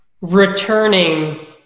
returning